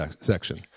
section